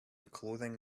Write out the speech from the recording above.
clothing